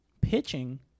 pitching